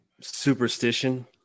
Superstition